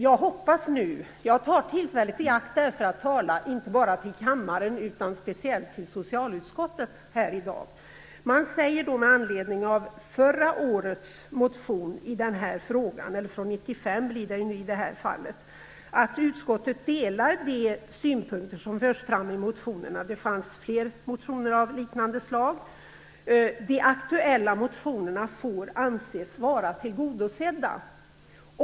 Jag tar tillfället i akt att tala, inte bara till kammaren utan speciellt också till socialutskottet här i dag. 1995 att utskottet delar de synpunkter som förs fram i motionerna - det fanns flera motioner av liknande slag - och att de aktuella motionerna får anses vara tillgodosedda.